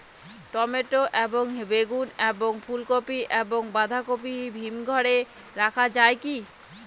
Tomato এবং বেগুন এবং ফুলকপি এবং বাঁধাকপি হিমঘরে রাখা যায় কি?